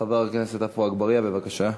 חבר הכנסת עפו אגבאריה, בבקשה.